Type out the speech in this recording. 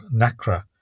Nakra